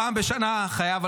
פעם בשנה חייבים,